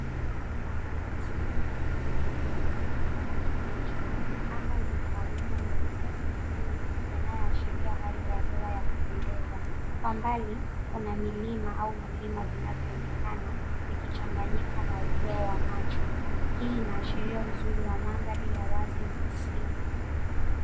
Mandhari pana ya asili yenye mimea mingi ya kijani kibichi. Anga lina mawingu meupe na buluu yanayoashiria hali ya hewa ya kupendeza. Kwa mbali kuna milima au vilima vinavyoonekana vikichanganyika na upeo wa macho. Hii inaashiria uzuri wa mandhari ya wazi na asili.